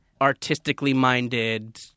artistically-minded